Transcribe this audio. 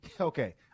okay